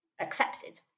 accepted